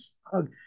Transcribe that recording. hug